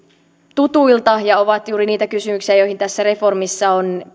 tutuilta ja ovat juuri niitä kysymyksiä joiden ratkaisemiseksi tässä reformissa on